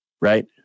right